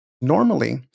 Normally